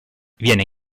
viene